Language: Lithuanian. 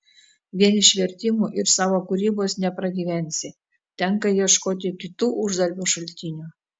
vien iš vertimų ir savo kūrybos nepragyvensi tenka ieškoti kitų uždarbio šaltinių